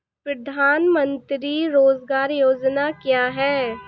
प्रधानमंत्री रोज़गार योजना क्या है?